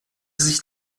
sich